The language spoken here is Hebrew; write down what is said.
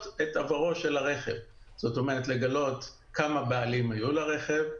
את עברו של הרכב - כמה בעלים היו לרכב,